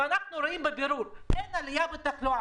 אנחנו רואים בבירור שאין עלייה בתחלואה,